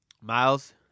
Miles